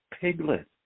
Piglet